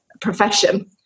profession